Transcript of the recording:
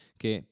che